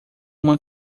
uma